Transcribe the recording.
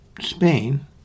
Spain